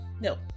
No